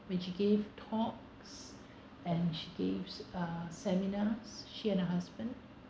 when she gave talks and she gave uh seminars she and her husband